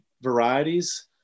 varieties